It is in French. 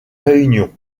réunion